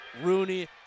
Rooney